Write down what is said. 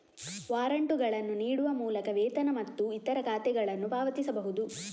ವಾರಂಟುಗಳನ್ನು ನೀಡುವ ಮೂಲಕ ವೇತನ ಮತ್ತು ಇತರ ಖಾತೆಗಳನ್ನು ಪಾವತಿಸಬಹುದು